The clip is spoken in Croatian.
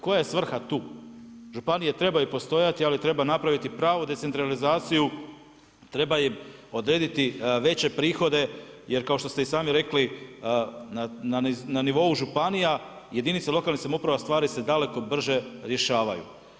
Koja je svrha tu, županije trebaju postojati ali treba napraviti pravu decentralizaciju, treba im odrediti veće prihode jer kao što ste i sami rekli na nivou županija jedinice lokalne samouprave stvari se daleko brže rješavaju.